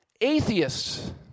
Atheists